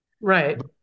Right